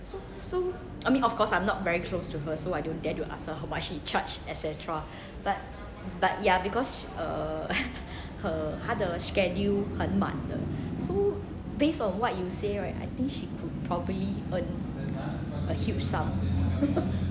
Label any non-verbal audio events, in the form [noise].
so so I mean of course I'm not very close to her so I don't dare to ask her how much she charge et cetera but but ya because err her 她的 schedule 很满的 so based on what you say right I think she could probably earn a huge sum [laughs]